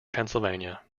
pennsylvania